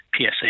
PSA